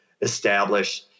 establish